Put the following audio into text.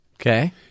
Okay